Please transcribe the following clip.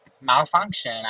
malfunction